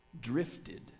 drifted